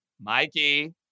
Mikey